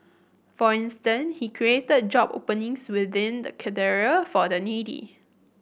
for instance he created job openings within the Cathedral for the needy